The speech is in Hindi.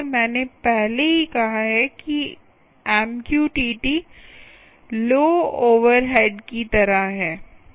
मैंने पहले ही कहा है कि एमक्यूटीटी लौ ओवरहेड की तरह है